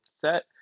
set